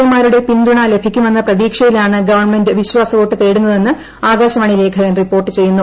A മാരുടെ പിന്തുണ ലഭിക്കുമെന്ന പ്രതീക്ഷയിലാണ് ഗവൺമെന്റ് വിശ്വാസ വോട്ട് തേടുന്നതെന്ന് ആകാശവാണി ലേഖകൻ റിപ്പോർട്ട് ചെയ്യുന്നു